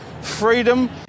freedom